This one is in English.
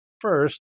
first